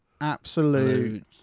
absolute